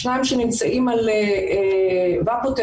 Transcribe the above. שניים שנמצאים על Vapotherm,